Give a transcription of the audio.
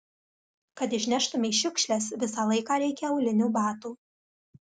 kad išneštumei šiukšles visą laiką reikia aulinių batų